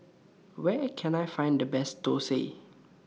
Where Can I Find The Best Thosai